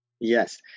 Yes